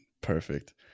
Perfect